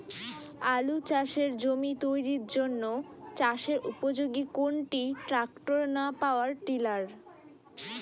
আলু চাষের জমি তৈরির জন্য চাষের উপযোগী কোনটি ট্রাক্টর না পাওয়ার টিলার?